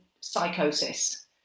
psychosis